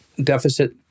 Deficit